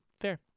fair